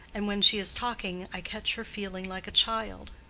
and when she is talking i catch her feeling like a child.